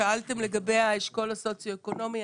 שאלתם לגבי האשכול הסוציו-אקונומי.